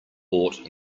bought